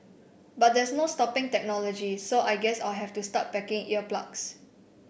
but there's no stopping technology so I guess I'll have to start packing ear plugs